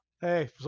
Hey